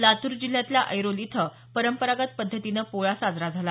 लातूर जिल्ह्यातल्या एरोल इथं परंपरागत पध्दतीनं पोळा साजरा झाला